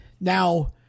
Now